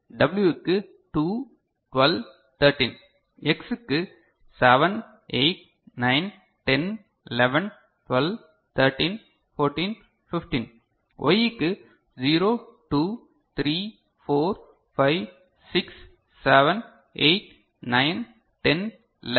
W க்கு 2 12 13 X க்கு 7 8 9 10 11 12 13 14 15 Y க்கு 0 2 3 4 5 6 7 8 9 10 11 15 மற்றும் Z க்கு m இந்த minterms 1 2 8 12 13 உள்ளன